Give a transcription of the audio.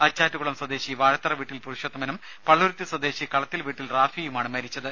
അച്ചാറ്റുകുളം സ്വദേശി വാഴത്തറ വീട്ടിൽ പുരുഷോത്തമനും പള്ളുരുത്തി സ്വദേശി കളത്തിൽ വീട്ടിൽ റാഫിയുമാണ് മരിച്ചത്